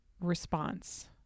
response